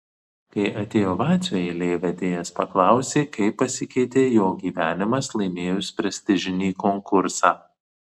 kai atėjo vacio eilė vedėjas paklausė kaip pasikeitė jo gyvenimas laimėjus prestižinį konkursą